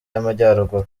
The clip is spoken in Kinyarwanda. y’amajyaruguru